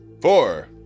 Four